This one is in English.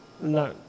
No